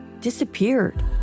disappeared